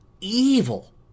evil